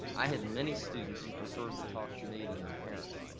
i had and many students who preferred to talk to me than their parents.